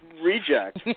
reject